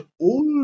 old